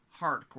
hardcore